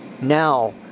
Now